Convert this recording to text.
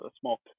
small